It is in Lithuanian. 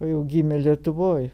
o jau gimė lietuvoj